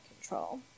control